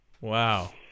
Wow